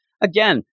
again